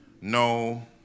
No